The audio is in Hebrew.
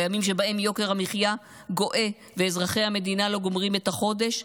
בימים שבהם יוקר המחיה גואה ואזרחי המדינה לא גומרים את החודש,